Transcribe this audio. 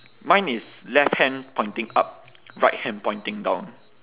mine is left hand pointing up right hand pointing down